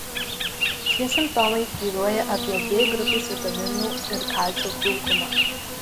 šie simptomai byloja apie b grupės vitaminų ir kalcio trūkumą